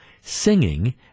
singing